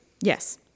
Yes